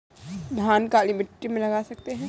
धान काली मिट्टी में लगा सकते हैं?